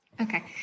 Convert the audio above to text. Okay